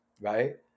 Right